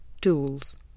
tools